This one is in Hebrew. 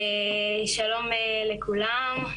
שלום לכולם,